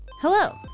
Hello